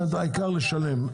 העיקר לשלם.